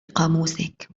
قاموسك